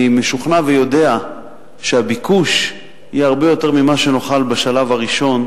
אני משוכנע ויודע שהביקוש יהיה הרבה יותר ממה שנוכל לבצע בשלב הראשון.